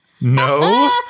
no